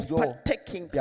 partaking